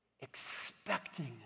expecting